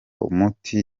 umuti